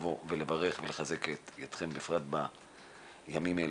לבוא ולברך ולחזק אתכם בפרט בימים אלה.